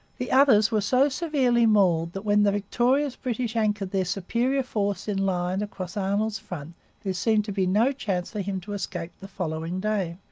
the others were so severely mauled that when the victorious british anchored their superior force in line across arnold's front there seemed to be no chance for him to escape the following day.